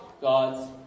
God's